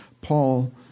Paul